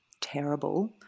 terrible